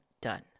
done